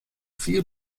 viel